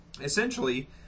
Essentially